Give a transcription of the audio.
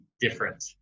different